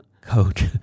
coach